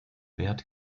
wert